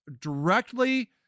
directly